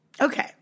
Okay